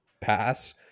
pass